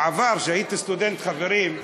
בעבר, כשהייתי סטודנט, חברים,